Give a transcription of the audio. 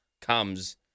comes